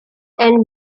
and